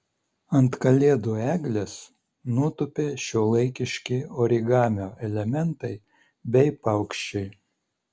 ant kalėdų eglės nutūpė šiuolaikiški origamio elementai bei paukščiai